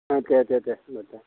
ओं दे दे दे होनबा दे